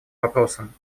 вопросом